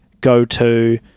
go-to